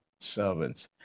servants